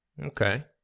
Okay